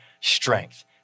strength